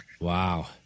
Wow